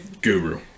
guru